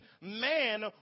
man